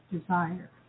desire